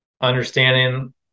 understanding